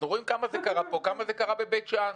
אנחנו רואים כמה זה קרה פה וכמה זה קרה בבית שאן.